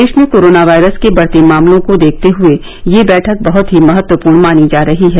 देश में corona virus के बढ़ते मामलों को देखते हए यह बैठक बहत ही महत्वपूर्ण मानी जा रही है